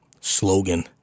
slogan